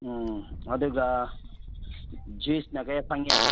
ꯎꯝ ꯑꯗꯨꯒ ꯖ꯭ꯌꯨꯁꯅ ꯀꯌꯥ ꯐꯪꯉꯦ